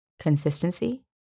consistency